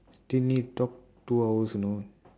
still need to talk two hours you know